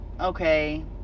okay